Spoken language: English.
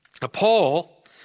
Paul